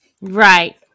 Right